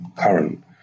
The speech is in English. current